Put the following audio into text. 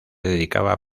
dedicaba